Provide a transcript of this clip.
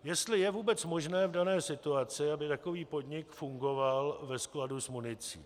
Jestli je vůbec možné v dané situaci, aby takový podnik fungoval ve skladu s municí.